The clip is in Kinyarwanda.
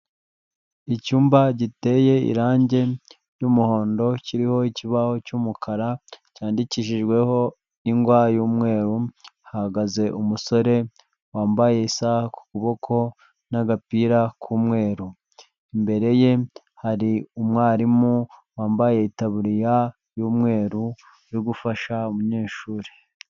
Icyumba giteye irange ry'umuhondo, kiriho ikibaho cy'umukara, cyandikishijweho ingwa y'umweru, hahagaze umusore wambaye isaha ku kuboko n'agapira k'umweru. Imbere ye, hari umwarimu wambaye itaburiya y'umweru, uri gufasha umunyeshuri.